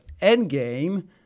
Endgame